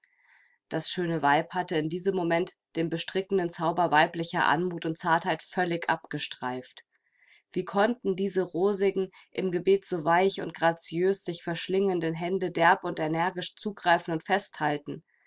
das schöne weib hatte in diesem moment den bestrickenden zauber weiblicher anmut und zartheit völlig abgestreift wie konnten diese rosigen im gebet so weich und graziös sich verschlingenden hände derb und energisch zugreifen und festhalten